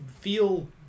feel